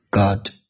God